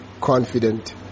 confident